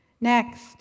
Next